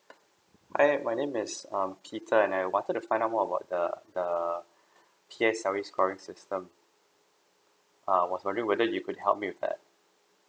hi my name is um peter and I wanted to find out more about the the P_S_L_E scoring system err was wondering whether you could help with that